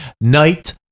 Night